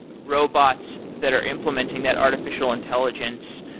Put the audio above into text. robots that are implementing that artificial intelligence,